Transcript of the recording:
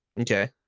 Okay